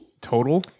Total